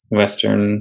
western